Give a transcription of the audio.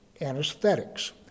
anesthetics